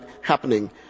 happening